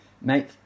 Make